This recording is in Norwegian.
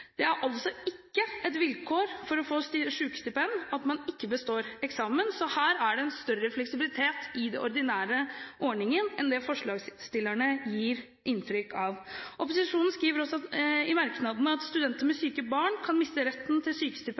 Det er altså ikke et vilkår for å få sykestipend at man ikke består eksamen, så her er det en større fleksibilitet i den ordinære ordningen enn det forslagsstillerne gir inntrykk av. Opposisjonen skriver også i merknadene at studenter med syke barn kan miste retten til